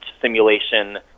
simulation